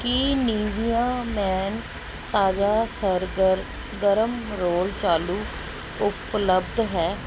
ਕੀ ਨੀਵੀਆਂ ਮੇਨ ਤਾਜ਼ਾ ਸਰਗਰਮ ਰੋਲ ਚਾਲੂ ਉਪਲੱਬਧ ਹੈ